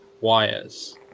wires